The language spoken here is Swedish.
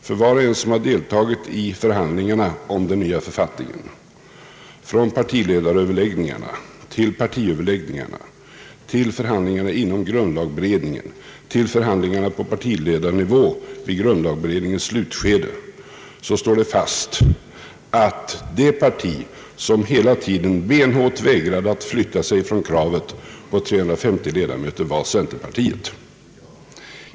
För var och en som deltagit i förhandlingarna om den nya författningen, från partiledaröverläggningarna till partiöverläggningarna, till förhandlingarna inom grundlagberedningen, till förhandlingarna på partiledarnivå i grundlagberedningens slutskede, står det fast att det parti som hela tiden benhårt vägrat att flytta sig från kravet på 350 ledamöter var centerpartiet.